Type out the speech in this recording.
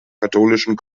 katholischen